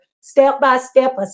step-by-step